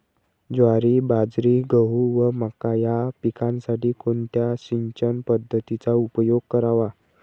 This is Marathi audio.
ज्वारी, बाजरी, गहू व मका या पिकांसाठी कोणत्या सिंचन पद्धतीचा उपयोग करावा?